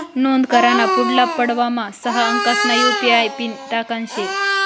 नोंद कराना पुढला पडावमा सहा अंकसना यु.पी.आय पिन टाकना शे